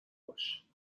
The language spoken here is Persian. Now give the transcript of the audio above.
باش